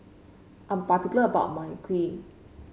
I'm particular about my Kheer